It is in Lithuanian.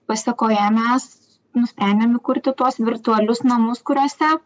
pasekoje mes nusprendėm įkurti tuos virtualius namus kuriuose